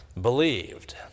believed